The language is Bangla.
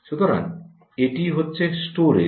সুতরাং এটি হচ্ছে স্টোরেজ